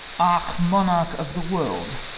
arch-monarch of the world,